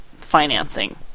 financing